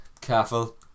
careful